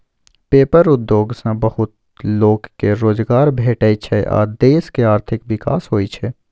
paper उद्योग सँ बहुत लोक केँ रोजगार भेटै छै आ देशक आर्थिक विकास होइ छै